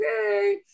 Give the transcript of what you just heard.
okay